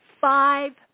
five